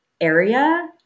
area